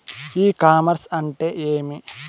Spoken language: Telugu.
ఇ కామర్స్ అంటే ఏమి?